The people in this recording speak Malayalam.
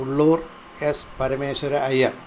ഉള്ളൂർ എസ് പരമേശ്വര അയ്യർ